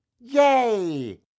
yay